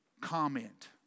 comment